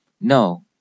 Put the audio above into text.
No